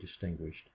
distinguished